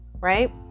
right